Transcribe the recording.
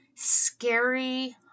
scary